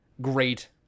great